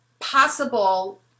possible